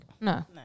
No